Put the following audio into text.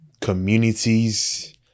communities